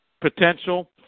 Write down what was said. potential